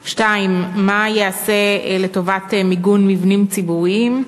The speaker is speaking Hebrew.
2. מה ייעשה לטובת מיגון מבנים ציבוריים?